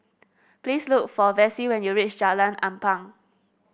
please look for Vessie when you reach Jalan Ampang